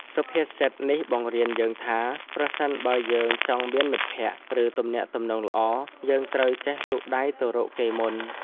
សុភាសិតនេះបង្រៀនយើងថា ប្រសិនបើយើងចង់មានមិត្តភក្តិ ឬទំនាក់ទំនងល្អ យើងត្រូវចេះលូកដៃទៅរកគេមុន។